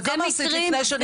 וכמה עשית לפני שנפצעת?